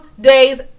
days